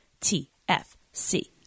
TFC